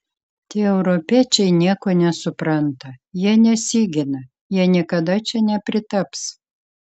tie europiečiai nieko nesupranta jie nesigina jie niekada čia nepritaps